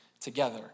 together